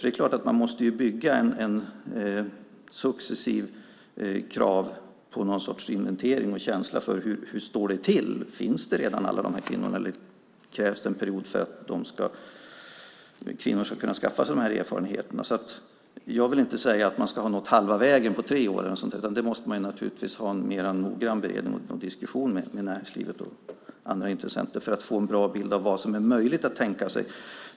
Det är klart att man måste bygga upp kravet successivt genom någon sorts inventering och känsla för hur det står till, om alla dessa kvinnor redan finns eller om det krävs en period för att kvinnor ska hinna skaffa sig de erfarenheter som behövs. Jag vill därför inte säga att man ska ha nått halva vägen på tre år eller något sådant, utan det måste man naturligtvis ha en noggrannare beredning av och en diskussion om med näringslivet och andra intressenter, just för att få en bra bild av vad som är möjligt att tänka sig.